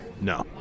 No